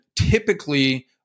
typically